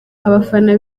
abafana